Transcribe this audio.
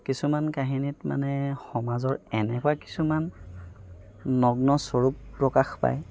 কিছুমান কাহিনীত মানে সমাজৰ এনেকুৱা কিছুমান নগ্ন স্বৰূপ প্ৰকাশ পায়